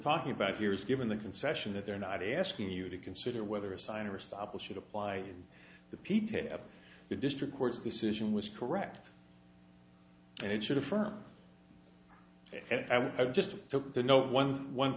talking about here is given the concession that they're not asking you to consider whether a sign or a stop which should apply in the p t o the district court's decision was correct and it should affirm i just took the no one one